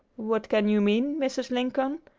what can you mean, mrs. lincoln?